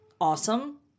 awesome